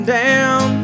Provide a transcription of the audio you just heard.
down